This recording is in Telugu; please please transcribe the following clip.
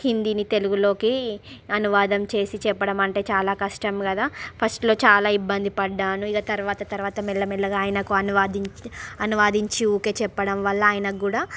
హిందీని తెలుగులోకి అనువాదం చేసి చెప్పడమంటే చాలా కష్టం కదా ఫస్ట్లో చాలా ఇబ్బంది పడ్డాను ఇక తరువాత తరువాత మెల్లమెల్లగా ఆయనకు అనువదించి అనువదించి ఊరికే చెప్పడం వల్ల ఆయనకి కూడా